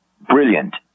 brilliant